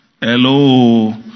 Hello